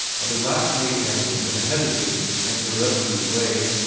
and at last made answer in a hesitating and irresolute way.